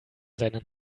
seinen